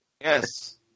Yes